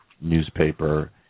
newspaper